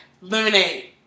Lemonade